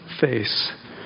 face